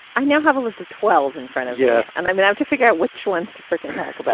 i now have a list of twelve in front of. yes. and i've been out to figure out which ones to frickin pack but